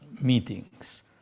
meetings